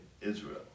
Israel